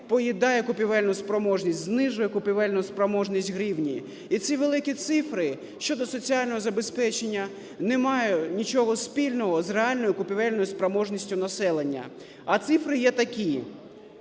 поїдає купівельну спроможність, знижує купівельну спроможність гривні. І ці великі цифри щодо соціального забезпечення не мають нічого спільного з реальною купівельною спроможністю населення. А цифри є такі.